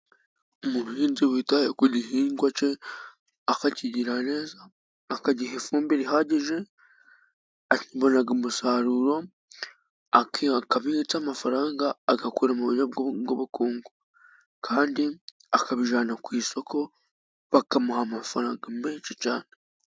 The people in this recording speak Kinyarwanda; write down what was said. Umuhinzi witaye ku gihingwa cye, akakigirira neza akagiha ifumbire ihagije abona umusaruro akabitsa amafaranga, agakura mu buryo bw'ubukungu kandi akabijyana ku isoko bakamuha amafaranga menshi cyane.